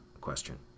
question